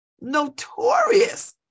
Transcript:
Notorious